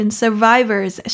survivors